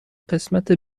قسمت